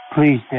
Please